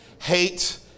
Hate